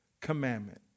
commandment